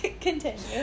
Continue